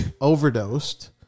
overdosed